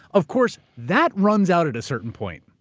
of course, that runs out at a certain point,